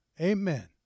Amen